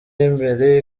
y’imbere